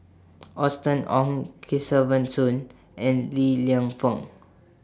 Austen Ong Kesavan Soon and Li Lienfung